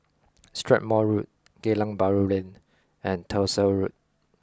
Strathmore Road Geylang Bahru Lane and Tyersall Road